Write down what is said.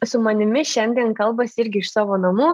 su manimi šiandien kalbasi irgi iš savo namų